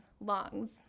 lungs